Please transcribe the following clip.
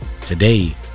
today